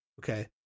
Okay